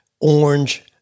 orange